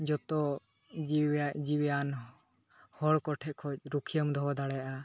ᱡᱚᱛᱚ ᱡᱤᱣᱤ ᱡᱤᱣᱤᱣᱟᱱ ᱦᱚᱲ ᱠᱚ ᱴᱷᱮᱡ ᱠᱷᱚᱡ ᱨᱩᱠᱷᱤᱭᱟᱹᱢ ᱫᱚᱦᱚ ᱫᱟᱲᱮᱭᱟᱜᱼᱟ